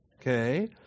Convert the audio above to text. okay